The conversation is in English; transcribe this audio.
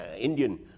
Indian